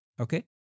Okay